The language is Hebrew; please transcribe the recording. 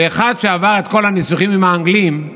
כאחד שעבר את כל הניסוחים עם האנגלים,